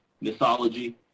mythology